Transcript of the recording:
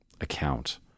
account